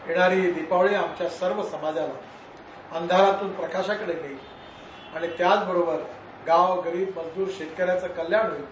येणारी ही दिवाळी आमच्या सर्व समाजाला अंधारातून प्रकाशाकडं नेईल आणि त्याचबरोबर गाव गरिब मजदूर शेतकऱ्यांचं कल्याण होईल